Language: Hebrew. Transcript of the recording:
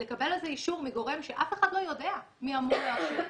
לקבל על זה אישור מגורם שאף אחד לא יודע מי אמור לאשר.